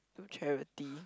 to charity